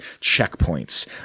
checkpoints